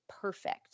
perfect